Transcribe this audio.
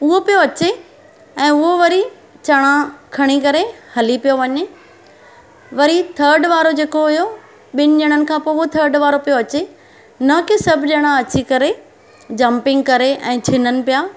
उहो पियो अचे ऐं उहो वरी चणा खणी करे हली पियो वञे वरी थर्ड वारो जेको हुयो ॿिनि ॼणनि खां पोइ उहो थर्ड वारो पियो अचे न कि सभु ॼणा अची करे जंपिंग करे छिननि पिया